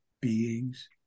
beings